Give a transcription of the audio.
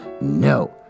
No